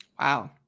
Wow